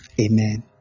Amen